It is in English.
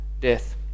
death